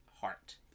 heart